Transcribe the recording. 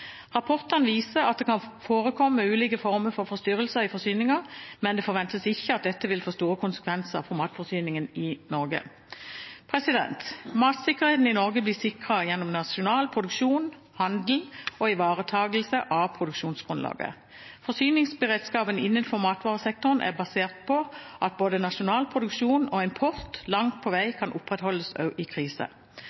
Rapportene viser at det kan forekomme ulike former for forstyrrelser i forsyninger, men det forventes ikke at dette vil få store konsekvenser for matforsyningen i Norge. Matsikkerheten i Norge blir sikret gjennom nasjonal produksjon, handel og ivaretakelse av produksjonsgrunnlaget. Forsyningsberedskapen innenfor matvaresektoren er basert på at både nasjonal produksjon og import langt på vei